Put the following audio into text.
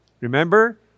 Remember